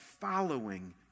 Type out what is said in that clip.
following